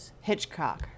hitchcock